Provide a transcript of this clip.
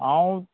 हांव